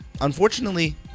Unfortunately